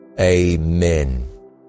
Amen